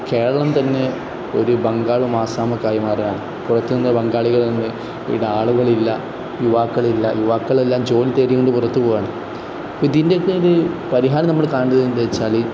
കേരളം തന്നെ ഒരു ബംഗാളും ആസാമുമൊക്കെയായി മാറുകയാണ് പുറത്ത് നിന്ന് ബംഗാളികളിൽ നിന്ന് ഈട ആളുകൾ ഇല്ല യുവാക്കൾ ഇല്ല യുവാക്കളെല്ലാം ജോലി തേടി അങ്ങട് പുറത്തു പോവുകയാണ് ഇപ്പം ഇതിൻ്റെയൊക്കെ ഒരു പരിഹാരം നമ്മൾ കാണേണ്ടത് എന്നു വച്ചാൽ